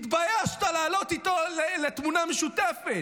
התביישת לעלות איתו לתמונה משותפת.